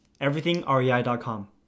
everythingrei.com